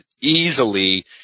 easily